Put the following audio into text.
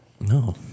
No